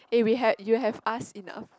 eh we had you have ask enough